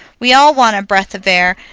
we all want a breath of air,